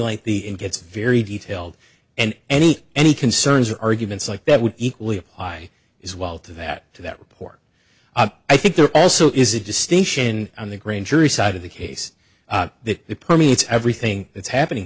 like the in gets very detailed and any any concerns arguments like that would equally apply as well to that to that report i think there also is a distinction on the grand jury side of the case that it permeates everything that's happening